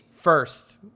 first